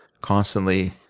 constantly